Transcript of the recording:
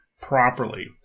properly